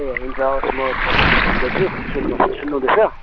ए हुन्छ म तपाईँलाई भन्दैछु सुन्नु होस् सुन्नु हुँदैछ